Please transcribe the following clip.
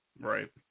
Right